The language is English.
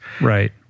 Right